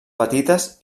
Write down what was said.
petites